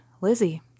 Lizzie